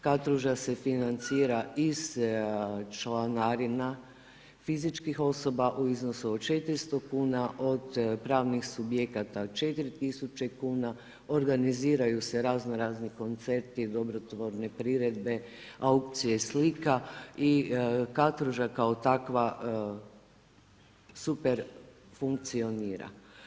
Katruža se financira iz članarina fizičkih osoba u iznosu od 400 kuna, od pravnih subjekata 4000 kuna, organiziraju se razno-razni koncerti, dobrotvorne priredbe, aukcije slika i Katruža kao takva super funkcionira.